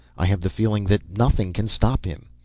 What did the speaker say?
i have the feeling that nothing can stop him.